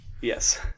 Yes